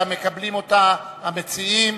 שמקבלים אותה המציעים,